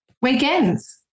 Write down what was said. weekends